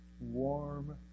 warm